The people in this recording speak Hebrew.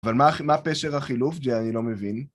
אבל מה פשר החילוף? זה אני לא מבין.